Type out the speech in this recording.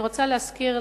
אני רוצה להזכיר